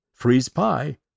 freeze-pie